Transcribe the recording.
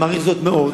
ואני מעריך זאת מאוד,